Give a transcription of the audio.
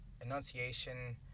enunciation